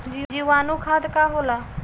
जीवाणु खाद का होला?